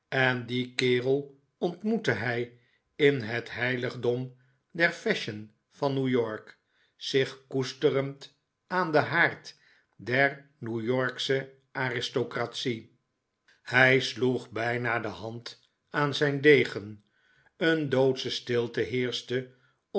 en dien kerel ontmoette hij in het heiligdom der fashion van new york zich koesterend aan den haard der new yorksche aristocratie hij sloeg bijna de hand aan zijn degen een doodsche stilte heerschte